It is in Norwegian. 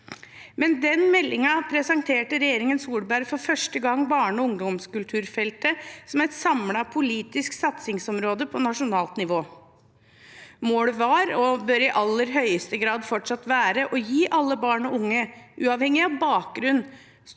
Med den meldingen presenterte regjeringen Solberg for første gang barne- og ungdomskulturfeltet som et samlet politisk satsingsområde på nasjonalt nivå. Målet var – og bør i aller høyeste grad fortsatt være – å gi alle barn og unge, uavhengig av bakgrunn,